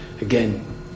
again